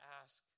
ask